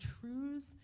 truths